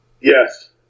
Yes